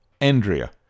Andrea